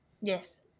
Yes